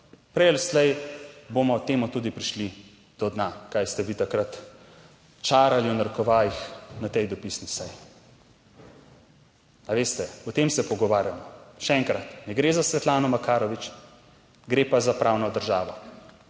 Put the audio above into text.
prej ali slej bomo temu tudi prišli do dna kaj ste vi takrat čarali, v narekovajih, na tej dopisni seji. A veste, o tem se pogovarjamo, še enkrat, ne gre za Svetlano Makarovič, gre pa za pravno državo.